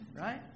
Right